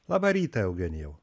labą rytą eugenijau